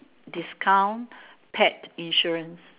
discount pet insurance